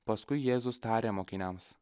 paskui jėzus tarė mokiniams